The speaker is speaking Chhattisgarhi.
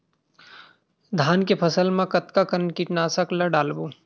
धान के फसल मा कतका कन कीटनाशक ला डलबो?